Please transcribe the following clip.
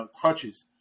crutches